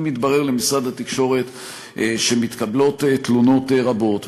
אם יתברר למשרד התקשורת שמתקבלות תלונות רבות,